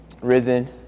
Risen